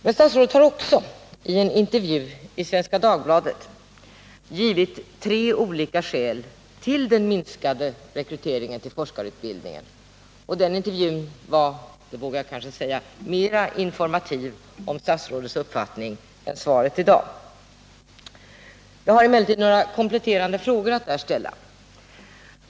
Men statsrådet har också i en intervju i Svenska Dagbladet givit tre olika skäl till den minskade rekryteringen till forskarutbildningen. Den intervjun var — det vågar jag kanske säga — mer informativ om statsrådets uppfattning än svaret här i dag. Jag har emellertid några kompletterande frågor att ställa.